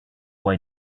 why